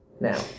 now